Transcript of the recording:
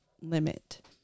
limit